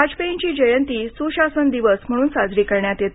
वाजपेयींची जयंती सुशासन दिवस म्हणून साजरी करण्यात येते